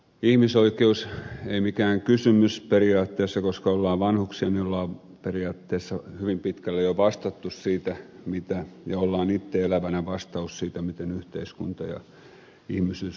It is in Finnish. ihmisoikeus ei mikään myös periaatteessa koska ollaan vanhuksia niin on periaatteessa hyvin pitkälle jo vastattu siitä ja ollaan itse elävänä vastaus siitä miten yhteiskunta ja ihmisyys on kohdellut